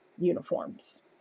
uniforms